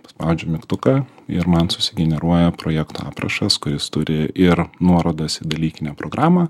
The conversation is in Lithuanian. paspaudžiu mygtuką ir man susigeneruoja projekto aprašas kuris turi ir nuorodas į dalykinę programą